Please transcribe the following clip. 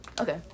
Okay